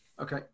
Okay